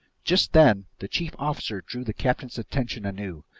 just then the chief officer drew the captain's attention anew.